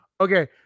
Okay